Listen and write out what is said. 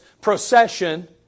procession